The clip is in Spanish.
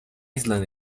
island